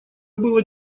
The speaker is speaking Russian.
было